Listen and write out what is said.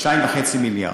2.5 מיליארד.